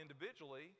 individually